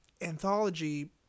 anthology